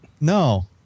No